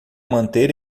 manter